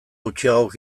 gutxiagok